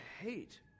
hate